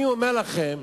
אני אומר לכם,